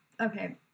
Okay